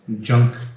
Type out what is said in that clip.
Junk